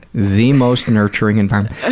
the most nurturing environment, and,